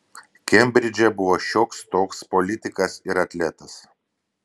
kembridže buvo šioks toks politikas ir atletas